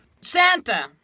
Santa